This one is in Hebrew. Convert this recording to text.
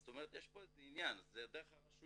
אז זאת אומרת יש פה איזה עניין, זה דרך הרשויות.